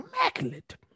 immaculate